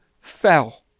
fell